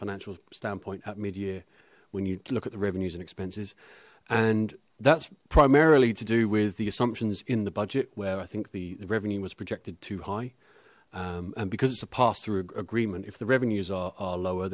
financial standpoint at mid year when you look at the revenues and expenses and that's primarily to do with the assumptions in the budget where i think the the revenue was projected to high and because it's a pass through agreement if the revenues are lower